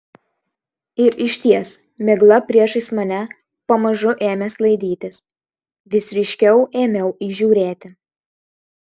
ir išties migla priešais mane pamažu ėmė sklaidytis vis ryškiau ėmiau įžiūrėti